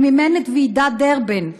הוא מימן את ועידת דרבן,